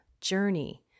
journey